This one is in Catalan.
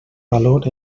valor